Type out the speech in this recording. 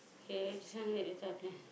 k this one wait later I clear